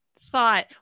thought